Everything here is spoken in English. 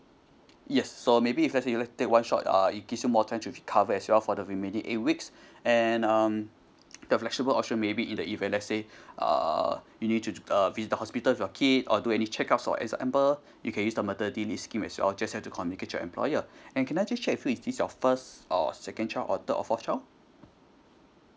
yes so maybe if lets say you like to take one shot uh it gives you more time to recover as well for the remaining eight weeks and um the flexible option maybe in the event lets say uh you need to uh visit the hospitals with your kid or do any checkups for example you can use the maternity leave scheme as well just have to communicate to employer and can I just check with you is this your first or second child or third or fourth child